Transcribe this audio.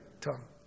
tongue